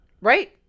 Right